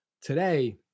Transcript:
today